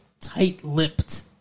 tight-lipped